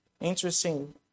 Interesting